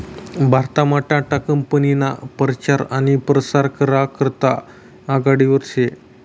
भारतमा टाटा कंपनी काफीना परचार आनी परसार करा करता आघाडीवर शे